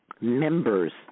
members